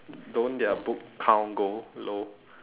don't their book count go low